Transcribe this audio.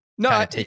No